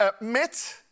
admit